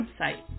website